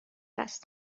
است